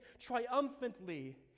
triumphantly